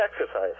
exercise